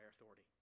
authority